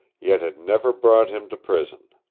yet had never brought him to prison.